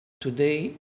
Today